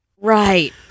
right